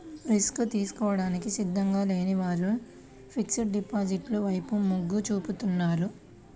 risk తీసుకోవడానికి సిద్ధంగా లేని వారు ఫిక్స్డ్ డిపాజిట్ల వైపు మొగ్గు చూపుతున్నారు